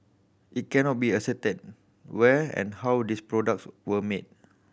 it cannot be ascertained where and how these products were made